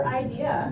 idea